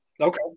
Okay